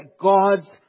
God's